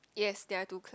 yes there are two cloud